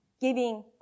giving